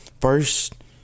first